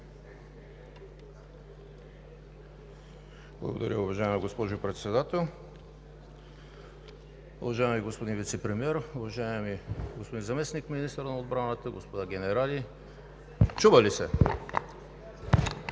Благодаря, уважаема госпожо Председател! Уважаеми господин Вицепремиер, уважаеми господин Заместник-министър на отбраната, господа генерали! Република